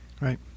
right